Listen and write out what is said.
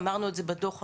אמרנו את זה בדו"ח הראשון,